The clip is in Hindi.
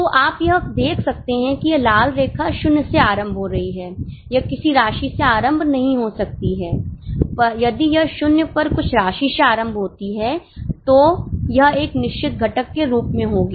तो आप यह देख सकते हैं कि यह लाल रेखा 0 से आरंभ हो रही है यह किसी राशि से आरंभ नहीं हो सकती है यदि यह 0 पर कुछ राशि से आरंभ होती है तो यह एक निश्चित घटक के रूप में होगी